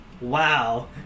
wow